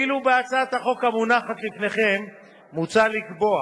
ואילו בהצעת החוק המונחת לפניכם מוצע לקבוע